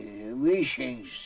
Wishings